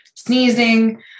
Sneezing